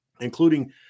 including